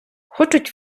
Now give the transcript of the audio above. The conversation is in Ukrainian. хочуть